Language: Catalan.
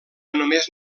només